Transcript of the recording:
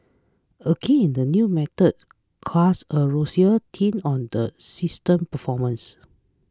again the new method casts a rosier tint on the system's performance